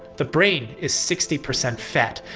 the brain is sixty percent fat,